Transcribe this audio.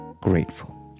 grateful